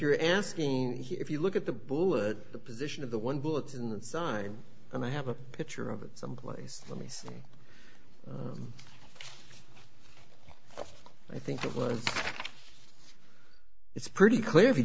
you're asking here if you look at the bullet the position of the one bullet in the side and i have a picture of it someplace let me see i think it was it's pretty clear if you